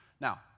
Now